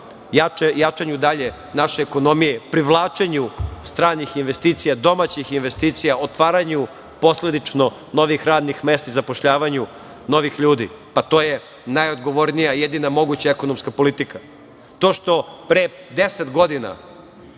jačanju dalje naše ekonomije, privlačenju stranih investicija, domaćih investicija, otvaranju posledično novih radnih mesta i zapošljavanju novih ljudi. To je najodgovornija i jedina moguća ekonomska politika. To što je pre 10 godina